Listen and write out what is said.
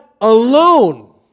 alone